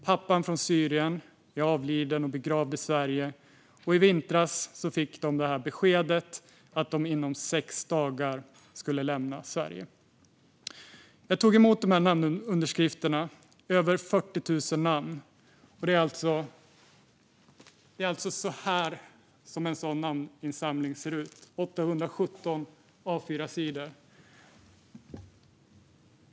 Pappan från Syrien är avliden och begravd i Sverige. I vintras fick de beskedet att de inom sex dagar skulle lämna Sverige. Jag tog emot namnunderskrifterna, över 40 000 namn. Det här som jag visar är denna namninsamling - 817 A4-sidor.